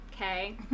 okay